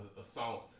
assault